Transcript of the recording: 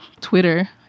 Twitter